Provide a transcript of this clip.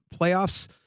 playoffs